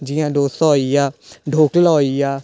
जियां डोसा होई गेआ डोकला होई गेआ